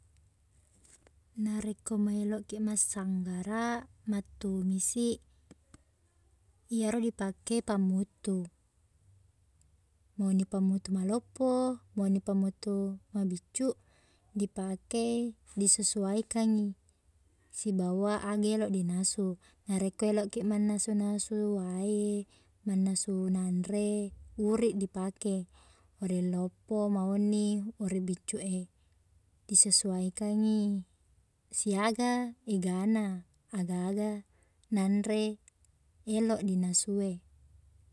Narekko maelokki massanggara mattumisi iyaro dipake pamuttu mauni pamuttu maloppo mauni pamuttu mabiccu dipake disesuaikangngi sibawa aga elo dinasu narekko elokki mannasu-nasu wae mannasu nanre uriq dipake uriq loppo mauni uriq biccu e disesuaikangngi siaga egana aga-aga nanre eloq dinasu e